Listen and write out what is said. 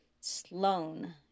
Sloan